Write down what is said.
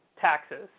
taxes